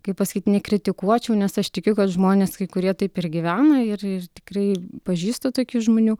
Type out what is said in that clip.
kaip pasakyt nekritikuočiau nes aš tikiu kad žmonės kai kurie taip ir gyvena ir ir tikrai pažįstu tokių žmonių